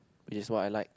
is what I like